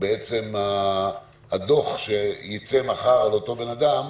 בעצם הדוח שייצא מחר על אותו בן-אדם,